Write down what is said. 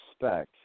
respect